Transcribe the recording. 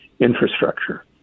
infrastructure